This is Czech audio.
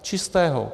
Čistého.